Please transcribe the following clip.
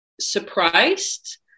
surprised